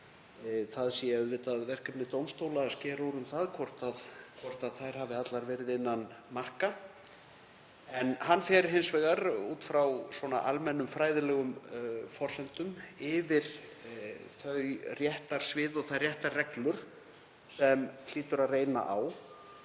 Það sé auðvitað verkefni dómstóla að skera úr um það hvort þær hafi allar verið innan marka. En hann fer hins vegar út frá almennum fræðilegum forsendum yfir þau réttarsvið og þær réttarreglur sem hlýtur að reyna á